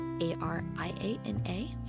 A-R-I-A-N-A